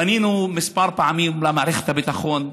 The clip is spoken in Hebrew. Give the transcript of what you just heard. פנינו כמה פעמים למערכת הביטחון,